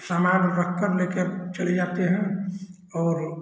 सामान रखकर लेकर चले जाते हैं और